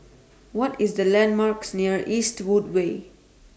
What IS The landmarks near Eastwood Way